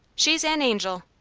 she's an angel!